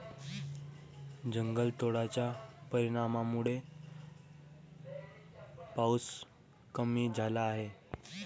जंगलतोडाच्या परिणामामुळे पाऊस कमी झाला आहे